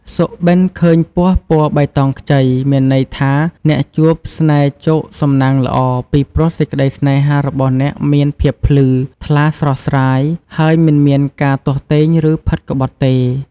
សុបិន្តឃើញពស់ពណ៌បៃតងខ្ចី មានន័យថា អ្នកជួបស្នេហ៍ជោគសំណាងល្អ ពីព្រោះសេចក្តីសេ្នហារបស់អ្នកមានភាពភ្លឺ ថ្លាស្រស់ស្រាយ ហើយមិនមានការទាស់ទែង ឬ ផិតក្បត់ទេ។